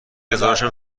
حسابشم